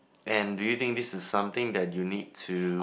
and do you think this is something that you need to